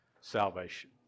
salvation